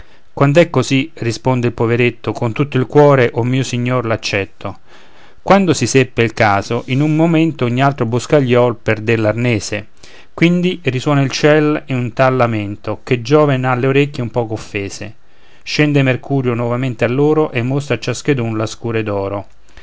è così risponde il poveretto con tutto il cuore o mio signor l'accetto quando si seppe il caso in un momento ogni altro boscaiol perdé l'arnese quindi risuona il ciel di un tal lamento che giove n'ha le orecchie un poco offese scende mercurio nuovamente a loro e mostra a ciaschedun la scure